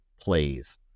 plays